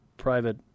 private